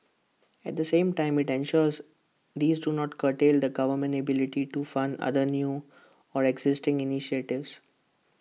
at the same time IT ensures these do not curtail the government's ability to fund other new or existing initiatives